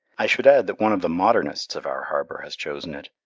i should add that one of the modernists of our harbour has chosen it.